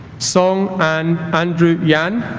song an andrew yan